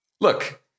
Look